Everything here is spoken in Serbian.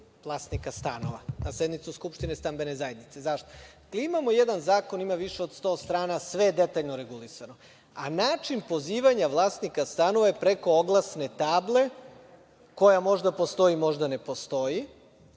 vlasnika stanova, tj. na sednicu skupštine stambene zajednice. Zašto? Imamo jedan zakon, ima više od 100 strana i sve detaljno regulisano, a način pozivanja vlasnika stanova je preko oglasne table koja možda postoji, možda ne postoji,